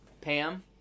Pam